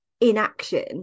inaction